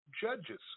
judges